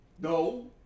No